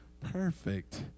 Perfect